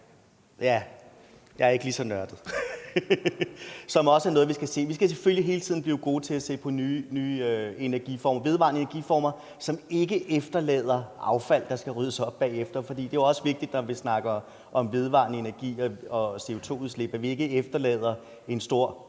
– jeg er ikke lige så nørdet – som også er noget, vi skal se på. Vi skal selvfølgelig hele tiden blive gode til at se på nye vedvarende energiformer, som ikke efterlader affald, der skal ryddes op bagefter. For det er jo også vigtigt, når vi snakker om vedvarende energi og CO2-udslip, at vi ikke efterlader en stor